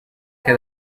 que